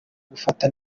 gufata